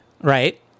right